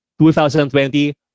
2020